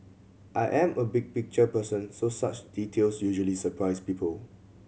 I am a big picture person so such details usually surprise people